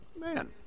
Man